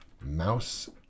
mouse